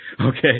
okay